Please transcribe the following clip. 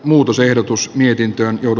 muutosehdotus mietintöön joko